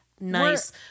nice